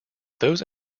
those